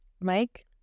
Mike